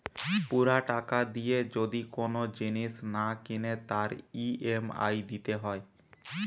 পুরা টাকা দিয়ে যদি কোন জিনিস না কিনে তার ই.এম.আই দিতে হয়